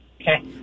Okay